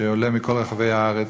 שעולות מכל רחבי הארץ,